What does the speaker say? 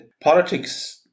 politics